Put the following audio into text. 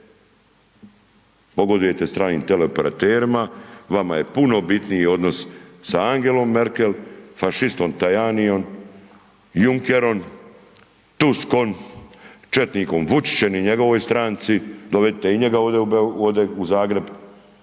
pogodujete stranim teleoperaterima, vama je puno bitniji odnos sa Angelom Merkel, fašistom Tajanijem, Junckerom, Tuskom, četnikom Vučićem i njegovoj stranci, dovedite i njega ovdje u Zagreb,